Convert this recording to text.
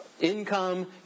income